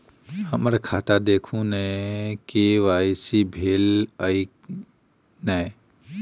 हम्मर खाता देखू नै के.वाई.सी भेल अई नै?